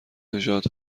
نژاد